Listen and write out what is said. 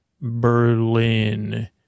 Berlin